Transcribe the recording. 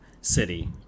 city